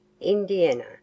Indiana